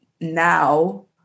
now